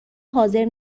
حاضر